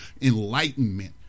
enlightenment